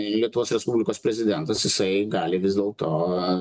lietuvos respublikos prezidentas jisai gali vis dėlto